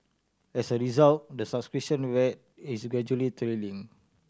as a result the subscription rate is gradually trailing